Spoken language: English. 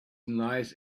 nice